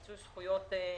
ניצול זכויות בבתים.